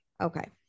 Okay